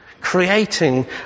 creating